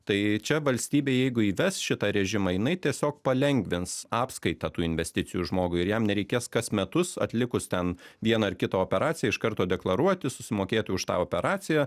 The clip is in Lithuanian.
tai čia valstybė jeigu įves šitą režimą jinai tiesiog palengvins apskaitą tų investicijų žmogui ir jam nereikės kas metus atlikus ten vieną ar kitą operaciją iš karto deklaruoti susimokėti už tą operaciją